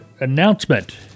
announcement